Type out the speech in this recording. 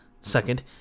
second